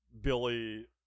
Billy